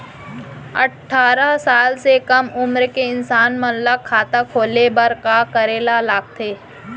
अट्ठारह साल से कम उमर के इंसान मन ला खाता खोले बर का करे ला लगथे?